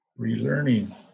Relearning